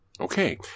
Okay